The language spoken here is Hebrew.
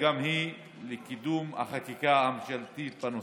וגם היא תצטרף לקידום החקיקה הממשלתית בנושא.